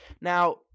Now